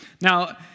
Now